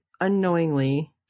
unknowingly